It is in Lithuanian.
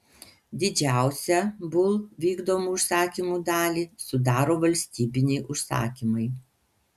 didžiausią bull vykdomų užsakymų dalį sudaro valstybiniai užsakymai